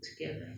Together